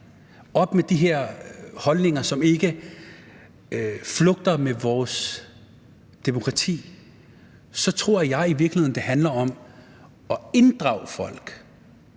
og de her holdninger, som ikke flugter med vores demokrati, så tror jeg i virkeligheden, det handler om det at inddrage folk.